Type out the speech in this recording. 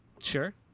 Sure